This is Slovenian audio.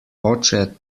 oče